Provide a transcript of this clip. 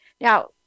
Now